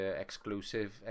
Exclusive